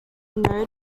node